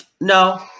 no